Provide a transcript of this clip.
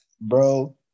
bro